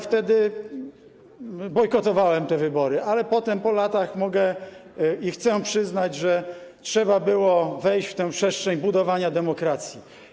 Wtedy bojkotowałem te wybory, ale po latach mogę i chcę przyznać, że trzeba było wejść w tę przestrzeń budowania demokracji.